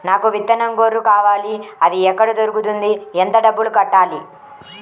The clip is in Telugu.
నాకు విత్తనం గొర్రు కావాలి? అది ఎక్కడ దొరుకుతుంది? ఎంత డబ్బులు కట్టాలి?